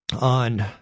on